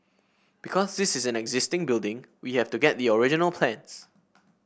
because this is an existing building we have to get the original plans